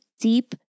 deep